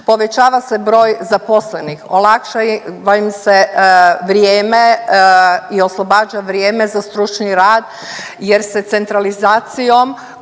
Povećava se broj zaposlenih, olakšava im se vrijeme i oslobađa vrijeme za stručni rad jer se centralizacijom